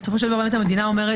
בסופו של דבר, המדינה אומרת